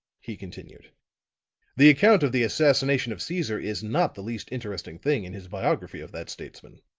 he continued the account of the assassination of caesar is not the least interesting thing in his biography of that statesman.